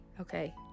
okay